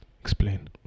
Explain